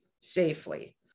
safely